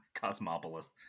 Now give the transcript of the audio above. Cosmopolis